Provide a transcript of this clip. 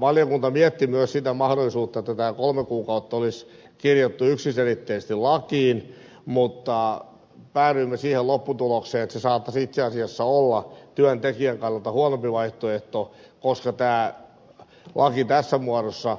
valiokunta mietti myös sitä mahdollisuutta että tämä kolme kuukautta olisi kirjattu yksiselitteisesti lakiin mutta päädyimme siihen lopputulokseen että se saattaisi itse asiassa olla työntekijän kannalta huonompi vaihtoehto koska laki tässä muodossa